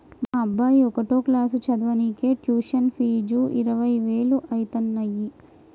మా అబ్బాయి ఒకటో క్లాసు చదవనీకే ట్యుషన్ ఫీజు ఇరవై వేలు అయితన్నయ్యి